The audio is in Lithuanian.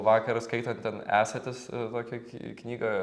vakar skaitant ten esatis va kiek į knygą